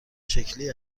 شکلی